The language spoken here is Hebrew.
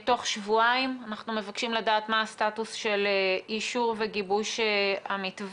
בתוך שבועיים אנחנו מבקשים לדעת מה הסטטוס של אישור וגיבוש המתווה.